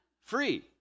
free